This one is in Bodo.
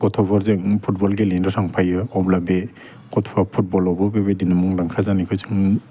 गथ'फोरजों फुटबल गेलेनो थांफायो अब्ला बे गथ'आ फुटबलावबो बेबायदिनो मुंदाखा जानायखौ जों